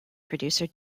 producer